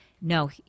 No